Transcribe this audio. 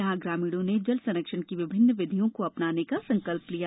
यहाँ ग्रामीणों ने जल संरक्षण की विभिन्न विधियों को अ नाने का संकल लिया